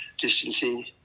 distancing